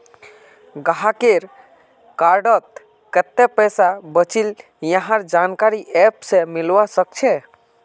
गाहकेर कार्डत कत्ते पैसा बचिल यहार जानकारी ऐप स मिलवा सखछे